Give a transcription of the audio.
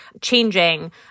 changing